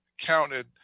counted